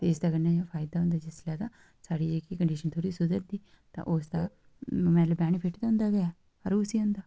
इस कन्नै गै फायदा होंदा जिसलै तां साढ़ी जेह्की कंडीशन थोह्ड़ी सुधरदी तां उस दा बेनीफिट ते होंदा गै खबरै कुसगी होंदा